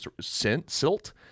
silt